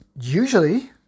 usually